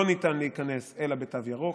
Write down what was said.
לא ניתן להיכנס אלא בתו ירוק.